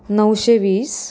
नऊशे वीस